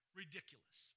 ridiculous